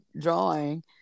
drawing